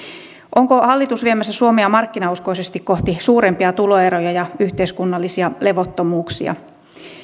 onko hallitus viemässä suomea markkinauskoisesti kohti suurempia tuloeroja ja yhteiskunnallisia levottomuuksia